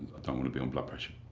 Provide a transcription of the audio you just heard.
don't want to be on blood pressure